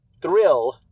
thrill